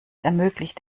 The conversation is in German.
ermöglicht